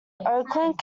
oakland